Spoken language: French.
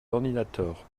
ordinateur